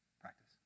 practice